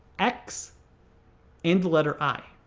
x and letter i.